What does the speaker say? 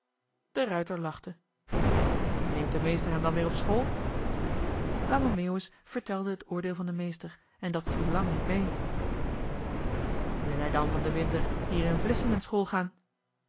de ruijter lachte neemt de meester hem dan weer op school lange meeuwis vertelde het oordeel van den meester en dat viel lang niet mee wil hij dan van den winter hier in vlissingen school gaan